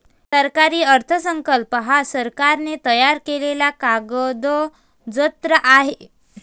सरकारी अर्थसंकल्प हा सरकारने तयार केलेला कागदजत्र आहे